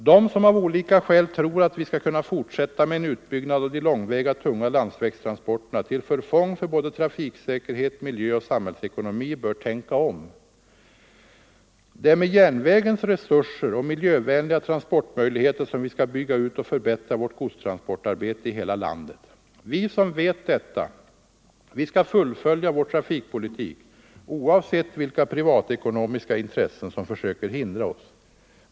De som av olika skäl tror att vi skall kunna fortsätta med en utbyggnad av de långväga tunga landsvägstransporterna till förfång för både trafiksäkerhet, Nr 128 miljö och samhällsekonomi bör tänka om. Det är med järnvägens resurser Tisdagen den och miljövänliga transportmöjligheter som vi skall bygga ut och förbättra 26 november 1974 vårt godstransportarbete i hela landet. Vi som vet detta, vi skall fullfölja. == vår trafikpolitik oavsett vilka privatekonomiska intressen som försöker Ang. nedläggningen hindra oss.